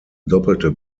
doppelte